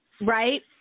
right